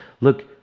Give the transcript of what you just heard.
Look